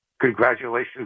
congratulations